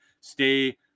stay